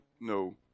no